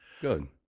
good